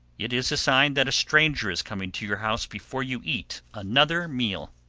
it is a sign that a stranger is coming to your house before you eat another meal.